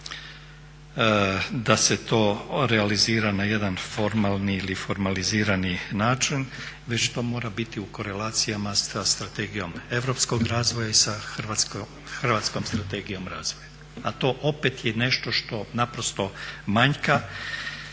da se to realizira na jedna formalni ili formalizirani način već to mora biti u korelacijama sa strategijom europskog razvoja i sa hrvatskom strategijom razvoja. A to opet je nešto što naprosto manjka